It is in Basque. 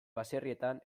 baserrietan